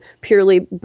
purely